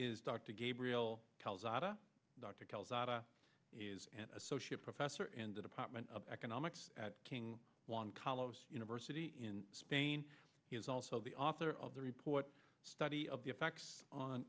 today start to gabriel is an associate professor in the department of economics at king juan carlos university in spain he is also the author of the report study of the effects on